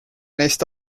neist